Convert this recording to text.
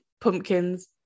Pumpkins